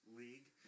league